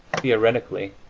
theoretically,